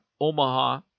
Omaha